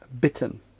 bitten